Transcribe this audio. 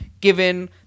given